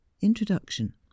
Introduction